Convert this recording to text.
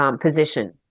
position